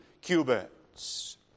cubits